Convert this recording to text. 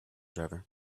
driver